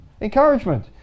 Encouragement